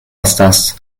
estas